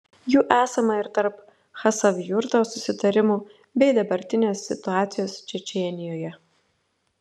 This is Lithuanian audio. jų esama ir tarp chasavjurto susitarimų bei dabartinės situacijos čečėnijoje